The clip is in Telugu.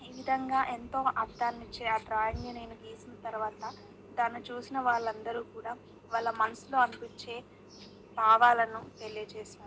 ఈ విధంగా ఎంతో అర్థానిచ్చే ఆ డ్రాయింగ్ని నేను గీసిన తర్వాత దాన్ని చూసిన వాళ్ళందరూ కూడా వాళ్ళ మనసులో అనిపించే భావాలను తెలియజేశాను